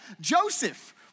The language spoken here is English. Joseph